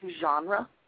genre